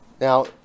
Now